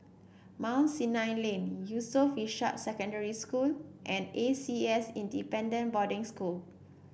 Mount Sinai Lane Yusof Ishak Secondary School and A C S Independent Boarding School